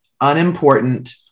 unimportant